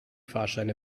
fahrscheine